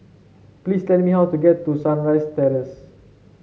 please tell me how to get to Sunrise Terrace